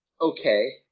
okay